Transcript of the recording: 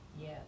Yes